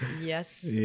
Yes